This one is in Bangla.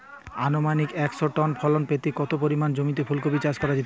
আনুমানিক একশো টন ফলন পেতে কত পরিমাণ জমিতে ফুলকপির চাষ করতে হবে?